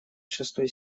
шестой